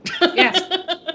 Yes